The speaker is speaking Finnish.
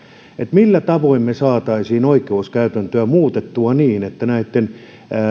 millä tavoin me saisimme oikeuskäytäntöä muutettua niin että näiden